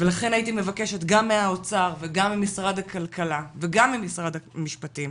ולכן הייתי מבקשת גם מהאוצר וגם ממשרד הכלכלה וגם ממשרד המשפטים,